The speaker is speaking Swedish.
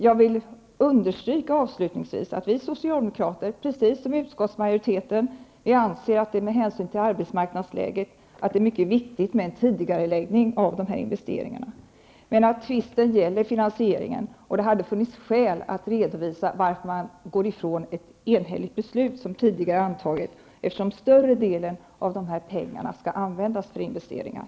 Jag vill understryka att vi socialdemokrater, precis som utskottsmajoriteten, anser att det med hänsyn till arbetsmarknadsläget är mycket viktigt med en tidigareläggning av investeringarna. Tvisten gäller finansieringen. Det hade funnits skäl att redovisa varför man frångår ett enhälligt beslut som har antagits tidigare. större delen av dessa pengar skall användas till investeringar.